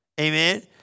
Amen